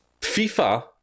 FIFA